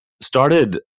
started